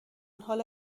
حالا